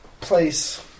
place